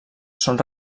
són